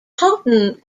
haughton